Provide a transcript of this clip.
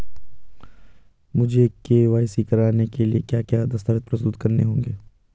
मुझे के.वाई.सी कराने के लिए क्या क्या दस्तावेज़ प्रस्तुत करने होंगे?